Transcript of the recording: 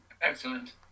excellent